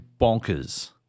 bonkers